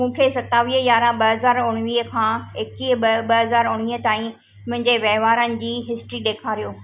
मूंखे सतावीह यारहं ॿ हज़ार उणिवीह खां एकवीह ॿ ॿ हज़ार उणिवीह ताईं मुंहिंजे वहिंवारनि जी हिस्ट्री ॾेखारियो